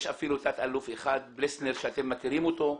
יש תת אלוף אחד, פלסנר, אתם מכירים אותו,